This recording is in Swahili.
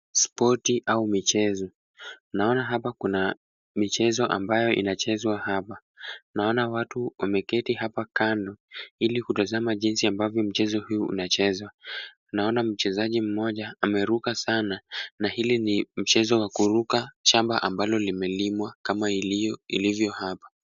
Spoti au michezo, naona hapa kuna michezo ambayo inachezwa hapa, naona watu wameketi hapa kando ili kutazama jinsi ambavyo mchezo huu unachezwa, naona mchezaji mmoja ameruka sana na hili ni mchezo wa kuruka shamba ambalo limelimwa kama ilivyo hapa.